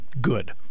good